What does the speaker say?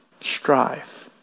strive